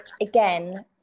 again